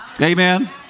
Amen